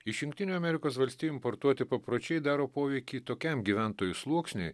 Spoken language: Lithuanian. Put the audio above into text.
iš jungtinių amerikos valstijų importuoti papročiai daro poveikį tokiam gyventojų sluoksniui